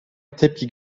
tepki